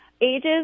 Ages